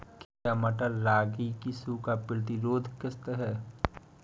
क्या मटर रागी की सूखा प्रतिरोध किश्त है?